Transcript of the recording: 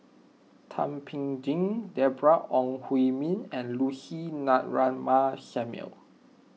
Thum Ping Tjin Deborah Ong Hui Min and Lucy Ratnammah Samuel